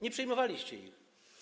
Nie przyjmowaliście ich.